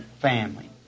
family